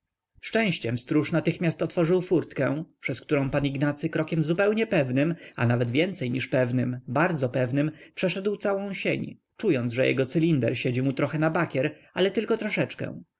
szczęściem stróż natychmiast otworzył furtkę przez którą pan ignacy krokiem zupełnie pewnym a nawet więcej niż pewnym bardzo pewnym przeszedł całą sień czując że jego cylinder siedzi mu trochę na bakier ale tylko troszeczkę